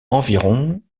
environ